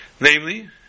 namely